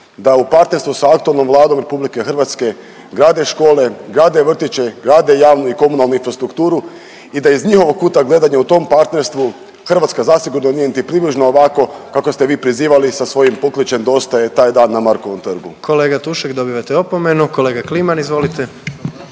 da u partnerstvu s aktualnom Vladom RH grade škole, grade vrtiće, grade javnu i komunalnu infrastrukturu i da iz njihovog kuta gledanja u tom partnerstvu Hrvatska zasigurno nije niti približno ovako kako ste vi prizivali sa svojim pokličem dosta je taj dan na Markovom trgu. **Jandroković, Gordan (HDZ)** Kolega Tušek dobivate opomenu. Kolega Kliman, izvolite.